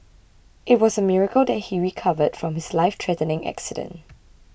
it was a miracle that he recovered from his life threatening accident